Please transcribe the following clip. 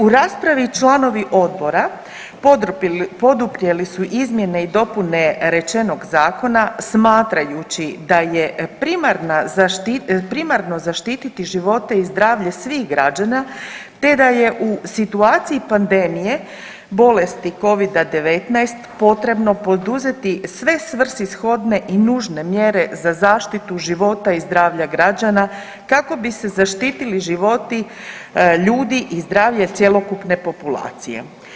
U raspravi članovi odbora poduprijeli su izmjene i dopune rečenog zakona smatrajući da je primarno zaštititi živote i zdravlje svih građana, te da je u situaciji pandemije bolesti Covida-19 potrebno poduzeti sve svrsishodne i nužne mjere za zaštitu života i zdravlja građana kako bi se zaštitili životi ljudi i zdravlje cjelokupne populacije.